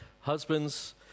Husbands